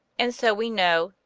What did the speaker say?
and so we know,